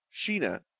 Sheena